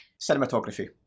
Cinematography